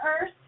earth